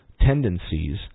tendencies